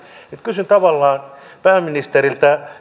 kysyn tavallaan pääministeriltä